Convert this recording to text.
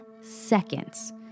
seconds